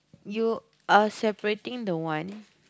you are separating the one